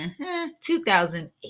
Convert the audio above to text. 2008